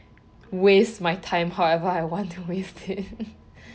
waste my time however I want to waste it